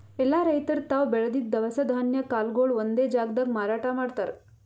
ಎಲ್ಲಾ ರೈತರ್ ತಾವ್ ಬೆಳದಿದ್ದ್ ದವಸ ಧಾನ್ಯ ಕಾಳ್ಗೊಳು ಒಂದೇ ಜಾಗ್ದಾಗ್ ಮಾರಾಟ್ ಮಾಡ್ತಾರ್